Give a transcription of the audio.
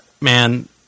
man